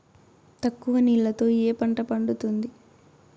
తక్కువ నీళ్లతో ఏ పంట పండుతుంది?